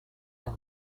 and